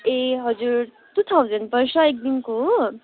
ए हजुर two thousand पर्छ एक दिनको हो